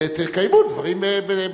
תקיימו דיון.